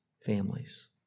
families